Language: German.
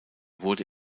wurde